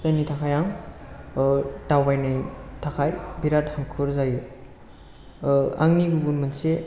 जायनि थाखाय आं दावबायनो थाखाय बिरात हांखुर जायो आंनि गुबुन मोनसे